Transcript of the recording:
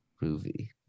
movie